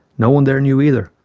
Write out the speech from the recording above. no one there knew either,